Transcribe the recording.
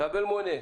קבל מונה.